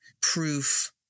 proof